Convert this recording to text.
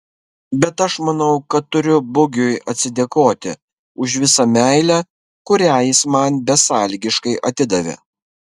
bet aš manau kad turiu bugiui atsidėkoti už visą meilę kurią jis man besąlygiškai atidavė